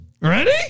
Ready